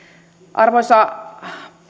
arvoisa